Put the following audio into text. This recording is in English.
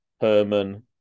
Herman